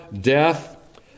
death